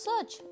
search